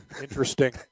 Interesting